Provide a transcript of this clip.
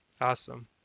awesome